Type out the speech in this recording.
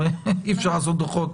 הרי אי אפשר לעשות דוחות.